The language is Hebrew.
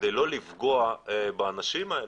כדי לא לפגוע באנשים האלה,